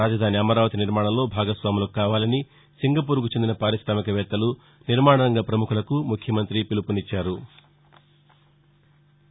రాజధాని అమరావతి నిర్మాణంలో భాగస్వాములు కావాలని సింగపూర్కి చెందిన పార్కొశామికవేత్తలు నిర్మాణరంగ పముఖులకు ముఖ్యమంతి పిలుపునిచ్చారు